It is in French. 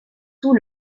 sous